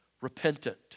repentant